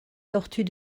tortues